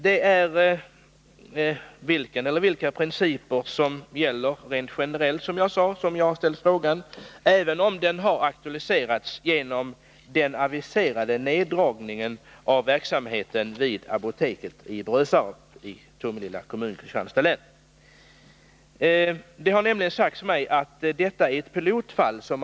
Min fråga avser alltså vilken eller vilka principer som gäller rent generellt, även om den har aktualiserats genom den aviserade neddragningen av verksamheten vid apoteket i Brösarp i Tomelilla kommun, Kristianstads län. Det har nämligen sagts mig att apoteket i Brösarp är ett pilotfall.